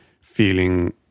feeling